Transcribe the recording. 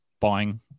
buying